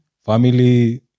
Family